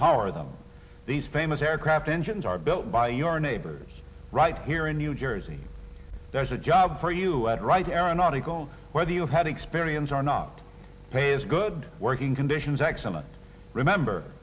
power them these famous aircraft engines are built by your neighbors right here in new jersey there's a job for you at right aeronautical whether you had experience are not pays good working conditions excellent remember